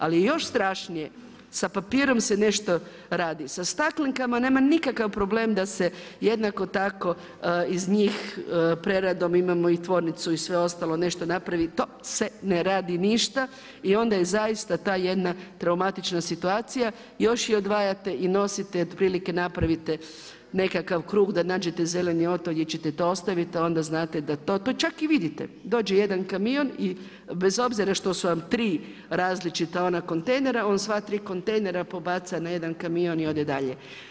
Ali je još strašnije, sa papirom se nešto radi, sa staklenkama nema nikakav problem da se jednako tako iz njih preradom, imamo i tvornicu i sve ostalo nešto, to se ne radi ništa, i onda je zaista ta jedna traumatična situacija, još odvajate i nosite otprilike napravite nekakav krug da nađete zeleni otok gdje ćete to ostaviti, onda znate da to, to čak i vidite, dođe jedan kamion i bez obzira što su vam tri različita ona kontejnera, on sva tri kontejnera pobaca na jedan kamion i ode dalje.